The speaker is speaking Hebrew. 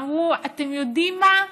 אמרו: אתם יודעים מה?